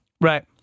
Right